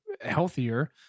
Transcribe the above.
healthier